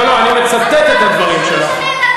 אתה לא רוצה, אתה רוצה לגרש את הפלסטינים.